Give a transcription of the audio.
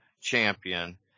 Champion